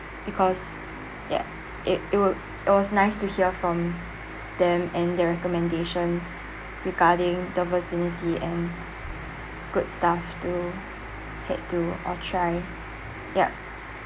because ya it it was nice to hear from them and their recommendations regarding the vicinity and good stuff to head to or try yup